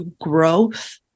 growth